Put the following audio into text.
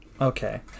okay